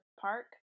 Park